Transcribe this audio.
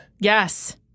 Yes